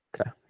Okay